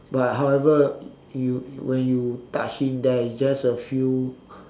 but however you when you touch in there it's just a few